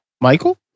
Michael